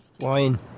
wine